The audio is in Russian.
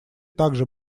также